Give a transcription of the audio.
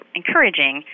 encouraging